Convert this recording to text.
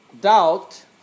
doubt